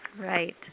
Right